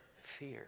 fear